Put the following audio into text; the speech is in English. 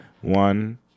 One